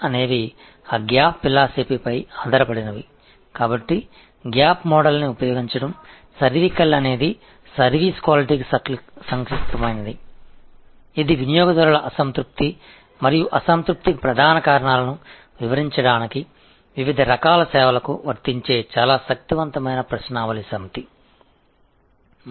எனவே அந்த கேப் தத்துவத்தை அடிப்படையாகக் கொண்ட SERVQUAL எனவே கேப் மாதிரியைப் பயன்படுத்தி சர்வீஸின் க்வாலிடி குறைவாக இருக்கும் சர்வீஸ் என்பது கஸ்டமர்களின் டிசேடிஸ்ஃபேக்ஷன் மற்றும் விசையை விளக்குவதற்கு பல்வேறு வகையான சர்வீஸ்களுக்குப் பயன்படுத்தக்கூடிய மிகவும் சக்திவாய்ந்த கேள்வித்தாள் அல்லது டிசேடிஸ்ஃபேக்ஷனின் மூல காரணங்கள் ஆகும்